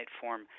form